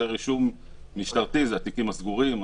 ורישום משטרתי זה התיקים הסגורים,